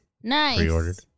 pre-ordered